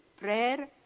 prayer